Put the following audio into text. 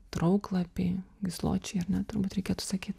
trauklapiai gysločiai ar ne turbūt reikėtų sakyt